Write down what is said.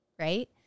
right